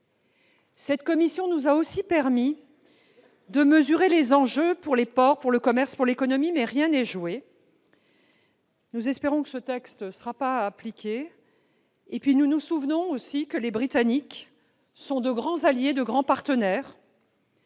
Cette commission nous a aussi permis de mesurer les enjeux pour les ports, le commerce, l'économie, mais rien n'est joué. Nous espérons que ce texte ne sera pas appliqué. Nous n'oublions pas que les Britanniques sont de grands alliés et de grands partenaires.